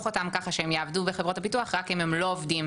אותם ככה שהם יעבדו בחברות הביטוח רק אם הם לא עובדים